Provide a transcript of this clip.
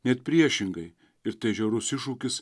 net priešingai ir tai žiaurus iššūkis